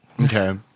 Okay